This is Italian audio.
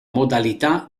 modalità